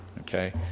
okay